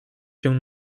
cię